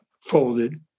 folded